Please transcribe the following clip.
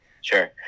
sure